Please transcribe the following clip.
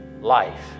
Life